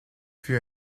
fut